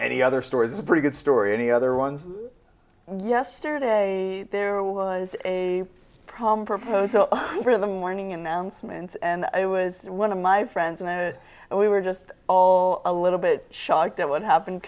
any other stories is a pretty good story any other ones yesterday there was a prom proposal for the morning announcements and it was one of my friends and i and we were just all a little bit shocked at what happened